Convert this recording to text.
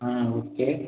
ஆ okay